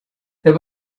there